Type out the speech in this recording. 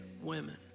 women